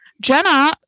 Jenna